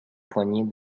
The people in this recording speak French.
poignée